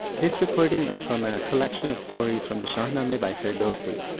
this recording is from a collection of stories from the shahnameh by firdowsi.